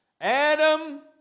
Adam